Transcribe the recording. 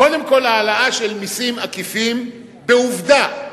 קודם כול, העלאה של מסים עקיפים, בעובדה,